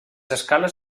escales